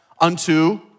unto